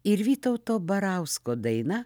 ir vytauto barausko daina